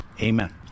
amen